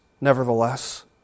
nevertheless